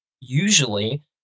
usually